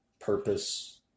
purpose